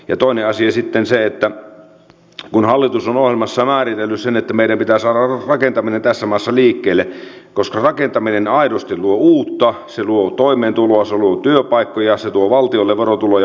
ja toinen asia sitten on se että hallitus on ohjelmassaan määritellyt sen että meidän pitää saada rakentaminen tässä maassa liikkeelle koska rakentaminen aidosti luo uutta se luo toimeentuloa se luo työpaikkoja se tuo valtiolle verotuloja